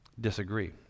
disagree